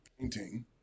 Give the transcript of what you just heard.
painting